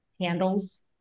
handles